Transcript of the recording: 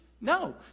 No